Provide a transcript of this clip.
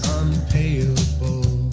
unpayable